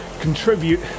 contribute